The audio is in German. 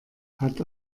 hat